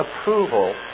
approval